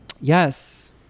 Yes